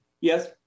Yes